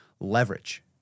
leverage